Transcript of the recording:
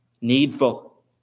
needful